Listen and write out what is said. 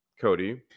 Cody